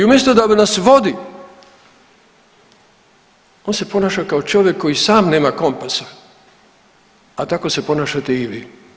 I umjesto da nas vodi, on se ponaša kao čovjek koji sam nema kompasa, a tako se ponašate i vi.